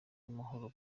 rw’amahoro